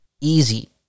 Easy